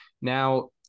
now